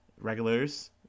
Regulars